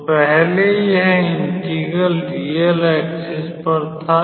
तो पहले यह इंटेग्रल रियल एक्सिस पर था